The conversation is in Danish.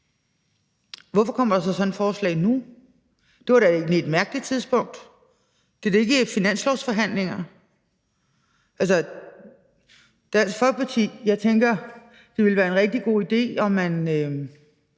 hvorfor kommer der så sådan et forslag nu? Det er da egentlig et mærkeligt tidspunkt, for der er jo ikke finanslovsforhandlinger. Altså, jeg tænker, at det ville være en rigtig god idé, at